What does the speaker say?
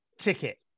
ticket